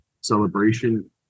celebration